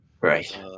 Right